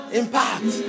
impact